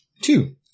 Two